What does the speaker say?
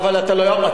סטנד-אפ קומדי?